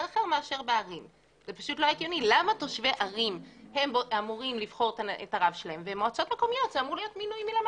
אין למועצה רב